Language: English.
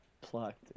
plucked